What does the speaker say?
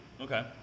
Okay